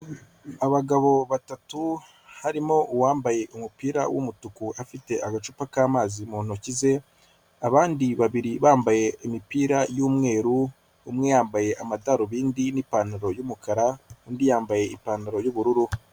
Abagabo batatu harimo uwambaye umupira w'umutuku afite agacupa k'amazi mu ntoki ze, abandi babiri bambaye imipira y'umweru, umwe yambaye amadarubindi n'ipantaro y'umukara, undi yambaye ipantaro y'ubururu.